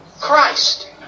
Christ